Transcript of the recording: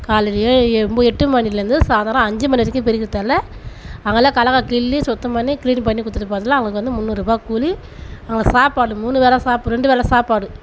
காலையில் ஏழு ஒன்ப எட்டு மணிலருந்து சாயந்திரம் அஞ்சு மணி வரைக்கும் பறிக்குறதால அங்கேலாம் கடலக்கா கிள்ளி சுத்தம் பண்ணி க்ளீன் பண்ணி குத்துட்டு போகிறதுல அவங்களுக்கு வந்து முந்நூறுபா கூலி அவங்க சாப்பாடு மூணு வேளை சாப்பிடுற ரெண்டு வேளை சாப்பாடு